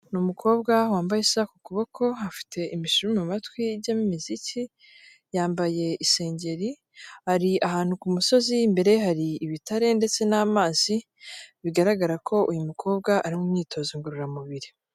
Ni umukobwa wambaye isaha ku kuboko afite imishumi mu matwi ye ijyamo imiziki, yambaye isengeri, ari ahantu ku musozi imbere hari ibitare ndetse n'amazi, bigaragara ko uyu mukobwa ari mu myitozo ngororamubiri.